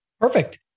Perfect